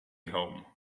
home